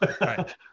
Right